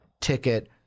ticket